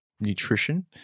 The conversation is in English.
nutrition